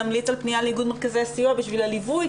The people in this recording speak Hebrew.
נמליץ על פנייה לאיגוד מרכזי הסיוע בשביל הליווי,